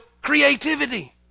Creativity